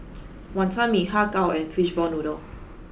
wantan mee har kow and fishball noodle